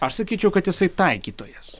aš sakyčiau kad jisai taikytojas